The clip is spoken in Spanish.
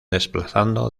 desplazando